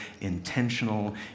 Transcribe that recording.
intentional